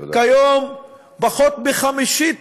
כיום פחות מחמישית